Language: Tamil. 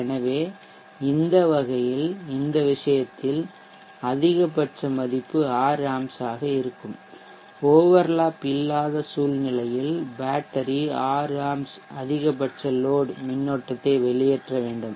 எனவே இந்த வகையில் இந்த விஷயத்தில் அதிகபட்ச மதிப்பு 6 ஆம்ப்ஸாக இருக்கும் ஒவர்லேப் இல்லாத சூழ்நிலையில் பேட்டரி 6 ஆம்ப்ஸ் அதிகபட்ச லோட் மின்னோட்டத்தை வெளியேற்ற வேண்டும்